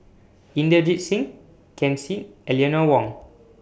Inderjit Singh Ken Seet and Eleanor Wong